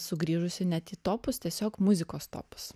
sugrįžusi net į topus tiesiog muzikos topus